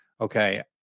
okay